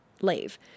leave